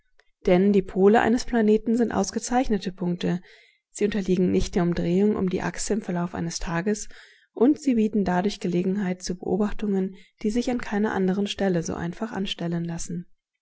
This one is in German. denn die pole eines planeten sind ausgezeichnete punkte sie unterliegen nicht der umdrehung um die achse im verlauf eines tages und sie bieten dadurch gelegenheit zu beobachtungen die sich an keiner anderen stelle so einfach anstellen lassen